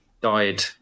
died